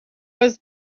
was